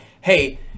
hey